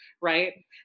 right